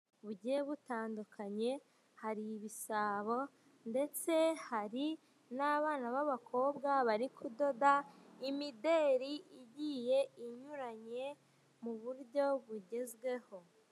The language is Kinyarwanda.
Bugiye butandukanye hari ibisabo ndetse hari n'abana b'abakobwa bari kudoda imideri igiye inyuranye mu buryo bugezweho.